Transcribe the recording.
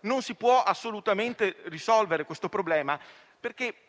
Non si può assolutamente risolvere questo problema, perché